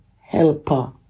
helper